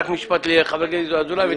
רק משפט לחבר הכנסת ינון אזולאי.